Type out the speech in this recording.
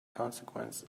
consequence